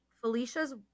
Felicia's